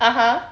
ha ha